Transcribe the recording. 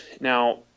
Now